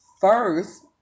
First